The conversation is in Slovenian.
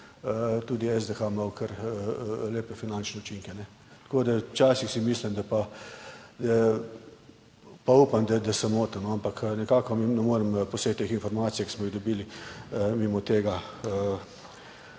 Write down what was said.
tudi SDH imel kar lepe finančne učinke. Tako da včasih si mislim, da pa upam, da se motim, ampak nekako ne morem po vseh teh informacij, ki smo jih dobili, mimo tega